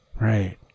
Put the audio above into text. Right